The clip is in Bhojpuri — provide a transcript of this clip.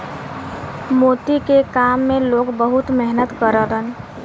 मोती के काम में लोग बहुत मेहनत करलन